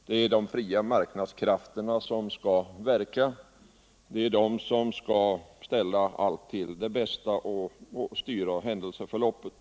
Det är de fria marknadskrafterna som skall verka, det är de som skall ordna allt till det bästa och styra händelseförloppet.